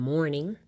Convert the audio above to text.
Morning